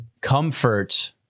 comfort